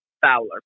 Fowler